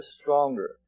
stronger